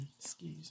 Excuse